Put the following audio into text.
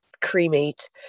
cremate